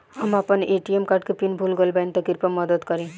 हम आपन ए.टी.एम के पीन भूल गइल बानी कृपया मदद करी